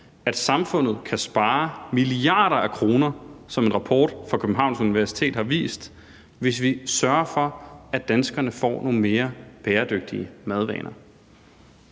at samfundet kan spare milliarder af kroner, som en rapport fra Københavns Universitet har vist, hvis vi sørger for, at danskerne får nogle mere bæredygtige madvaner.